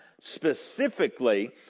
specifically